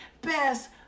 best